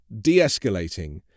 de-escalating